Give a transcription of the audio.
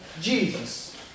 Jesus